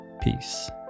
Peace